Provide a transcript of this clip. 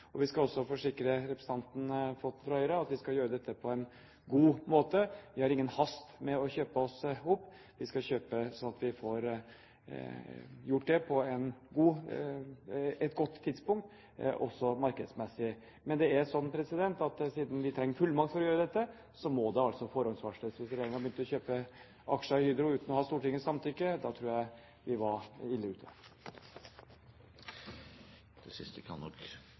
jeg vi skal vise. Jeg vil også forsikre representanten Flåtten fra Høyre om at vi skal gjøre dette på en god måte. Vi har ingen hast med å kjøpe oss opp. Vi skal kjøpe slik at vi får gjort det på et godt tidspunkt, også markedsmessig. Men det er slik at siden vi trenger fullmakt for å gjøre dette, må det forhåndsvarsles. Hvis regjeringen hadde begynt å kjøpe aksjer i Hydro uten å ha Stortingets samtykke, tror jeg vi var ille ute. Det siste kan nok